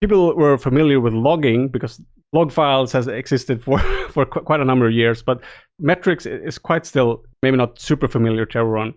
people were familiar with logging, because log files has existed for for quite quite a number of years. but metrics is quite still maybe not super familiar to everyone.